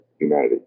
humanity